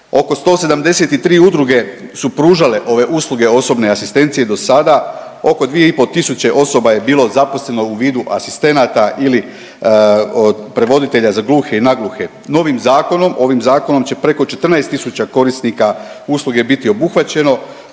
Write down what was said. Oko 173 udruge su pružale ove usluge osobne asistencije dosada, oko 2,5 tisuće osoba je bilo zaposleno u vidu asistenata ili prevoditelja za gluhe i nagluhe. Novim zakonom, ovim zakonom će preko 14 tisuća korisnika usluge biti obuhvaćeno,